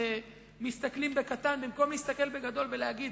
מסתכלים בקטן במקום להסתכל בגדול ולהגיד: